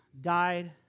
died